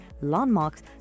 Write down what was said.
landmarks